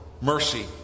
mercy